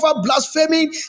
blasphemy